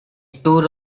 tour